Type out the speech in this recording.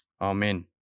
Amen